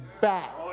back